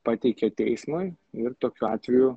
pateikia teismui ir tokiu atveju